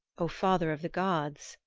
o father of the gods,